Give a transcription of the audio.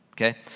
Okay